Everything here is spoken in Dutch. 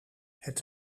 het